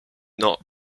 not